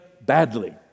badly